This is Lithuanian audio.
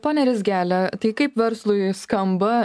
ponia rizgele tai kaip verslui skamba